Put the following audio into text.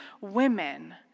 women